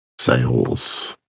sales